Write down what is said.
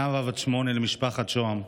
נווה, בן שמונה, למשפחת שהם,